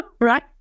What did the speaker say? Right